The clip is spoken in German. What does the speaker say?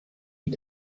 die